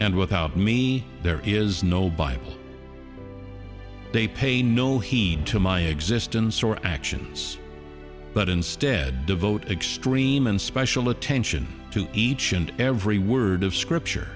and without me there is no bible they pay no heed to my existence or actions but instead devote extreme and special attention to each and every word of scripture